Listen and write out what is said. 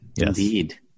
Indeed